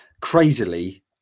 crazily